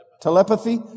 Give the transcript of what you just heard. telepathy